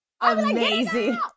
amazing